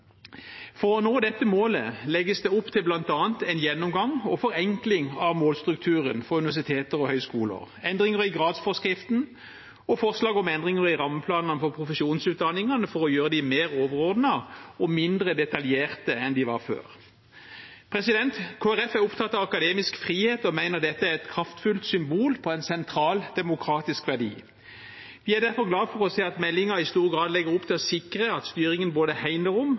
For å nå dette målet legges det opp til bl.a. en gjennomgang og forenkling av målstrukturen på universiteter og høyskoler, endringer i gradsforskriften og forslag om endringer i rammeplanene for profesjonsutdanningene for å gjøre dem mer overordnet og mindre detaljerte enn de var før. Kristelig Folkeparti er opptatt av akademisk frihet og mener dette er et kraftfullt symbol på en sentral demokratisk verdi. Vi er derfor glade for å se at meldingen i stor grad legger opp til å sikre at styringen både hegner om